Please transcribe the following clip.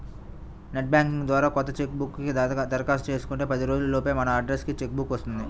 net banking ద్వారా కొత్త cheque book కి దరఖాస్తు చేసుకుంటే పది రోజుల లోపే మన అడ్రస్ కి చెక్ బుక్ వస్తుంది